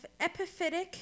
epiphytic